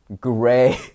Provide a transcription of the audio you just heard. gray